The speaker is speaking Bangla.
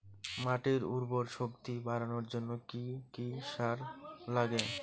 মাটির উর্বর শক্তি বাড়ানোর জন্য কি কি সার লাগে?